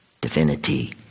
divinity